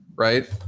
right